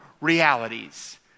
realities